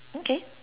okay